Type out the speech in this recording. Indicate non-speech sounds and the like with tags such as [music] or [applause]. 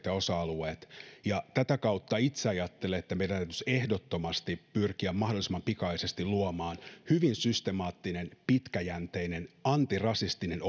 [unintelligible] ja osa alueet tätä kautta itse ajattelen että meidän täytyisi ehdottomasti pyrkiä mahdollisimman pikaisesti luomaan hyvin systemaattinen pitkäjänteinen antirasistinen [unintelligible]